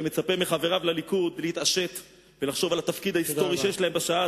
אני מצפה מחבריו לליכוד להתעשת ולחשוב על התפקיד ההיסטורי שיש להם בשעה